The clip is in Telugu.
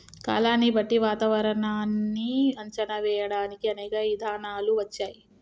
కాలాన్ని బట్టి వాతావరనాన్ని అంచనా వేయడానికి అనేక ఇధానాలు వచ్చాయి